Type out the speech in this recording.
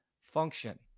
function